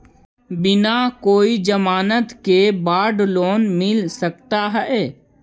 बिना कोई जमानत के बड़ा लोन मिल सकता है?